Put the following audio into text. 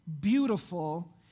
beautiful